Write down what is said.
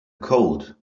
cold